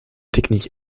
technique